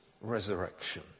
resurrection